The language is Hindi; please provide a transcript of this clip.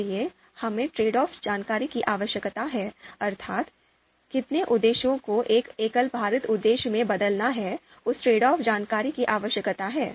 इसलिए हमें ट्रेड ऑफ जानकारी की आवश्यकता है अर्थात कितने उद्देश्यों को एक एकल भारित उद्देश्य में बदलना है उस ट्रेड ऑफ जानकारी की आवश्यकता है